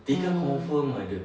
mm